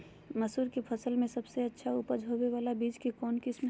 मसूर के फसल में सबसे अच्छा उपज होबे बाला बीज के कौन किस्म हय?